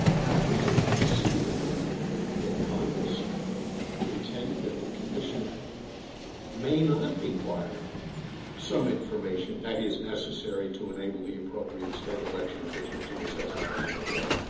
now, is it conceivable that congress intended that the commission may not require some information that is necessary to enable the appropriate state election official to assess eligibility,